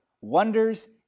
wonders